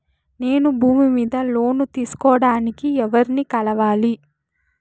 నేను భూమి మీద లోను తీసుకోడానికి ఎవర్ని కలవాలి?